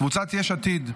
קבוצת סיעת יש עתיד: